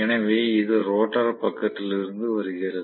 எனவே இது ரோட்டார் பக்கத்திலிருந்து வருகிறது